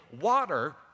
water